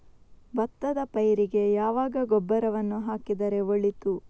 ಭತ್ತದ ಪೈರಿಗೆ ಯಾವಾಗ ಗೊಬ್ಬರವನ್ನು ಹಾಕಿದರೆ ಒಳಿತು?